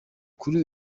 kuri